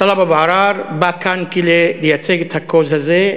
טלב אבו עראר בא כאן כדי לייצג את ה-cause הזה,